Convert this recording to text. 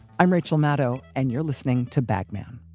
i'm rachel maddow and you're listening to bag man.